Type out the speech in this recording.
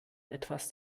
etwas